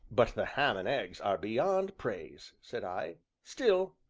but the ham and eggs are beyond praise, said i still,